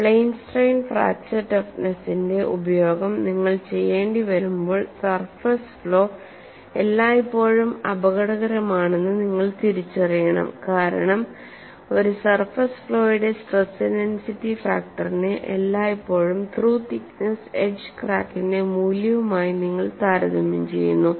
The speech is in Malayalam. പ്ലെയിൻ സ്ട്രെയിൻ ഫ്രാക്ചർ ടഫ്നെസിന്റെ ഉപയോഗം നിങ്ങൾ ചെയ്യേണ്ടിവരുമ്പോൾ സർഫസ് ഫ്ലോ എല്ലായ്പ്പോഴും അപകടകരമാണെന്ന് നിങ്ങൾ തിരിച്ചറിയണം കാരണം ഒരു സർഫസ് ഫ്ലോയുടെ സ്ട്രെസ് ഇന്റൻസിറ്റി ഫാക്ടറിനെ എല്ലായ്പ്പോഴും ത്രൂ തിക്നെസ്സ് എഡ്ജ് ക്രാക്കിന്റെ മൂല്യവുമായി നിങ്ങൾ താരതമ്യം ചെയ്യുന്നു